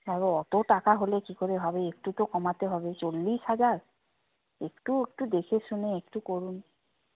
অত টাকা হলে কী করে হবে একটু তো কমাতে হবে চল্লিশ হাজার একটু একটু দেখে শুনে একটু করুন